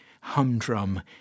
humdrum